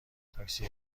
تاکسی